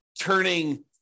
turning